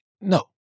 no